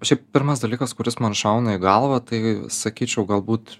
šiaip pirmas dalykas kuris man šauna į galvą tai sakyčiau galbūt